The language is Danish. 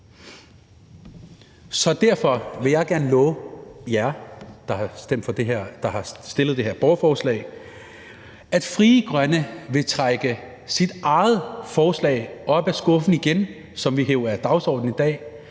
Så derfor vil jeg gerne love jer, der har stillet det her borgerforslag, at Frie Grønne vil trække sit eget forslag, som vi hev af dagsordenen i dag,